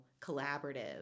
collaborative